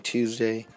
Tuesday